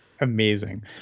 Amazing